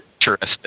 interesting